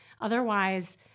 Otherwise